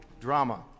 drama